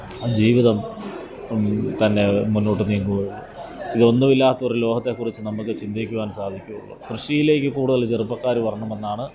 ജീവിതം തന്നെ മുന്നോട്ട് നീങ്ങൂ ഇതൊന്നും ഇല്ലാത്തൊരു ലോകത്തെക്കുറിച്ച് നമുക്ക് ചിന്തിക്കുവാന് സാധിക്കുകയുള്ളൂ കൃഷിയിലേക്ക് കൂടുതല് ചെറുപ്പക്കാർ വരണമെന്നാണ്